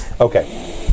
Okay